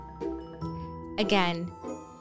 Again